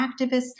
activists